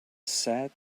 sad